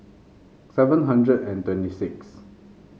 seven hundred and twenty sixth